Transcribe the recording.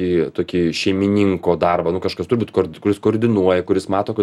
į tokį šeimininko darbą nu kažkas turi būt kord kuris koordinuoja kuris mato kad